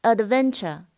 Adventure